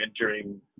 entering